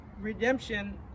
redemption